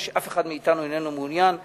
מה שאף אחד מאתנו איננו מעוניין בו.